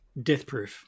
Deathproof